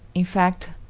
in fact,